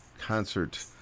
concert